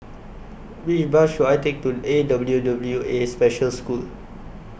Which Bus should I Take to A W W A Special School